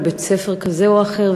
בבית-ספר כזה או אחר,